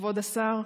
כבוד השר,